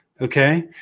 okay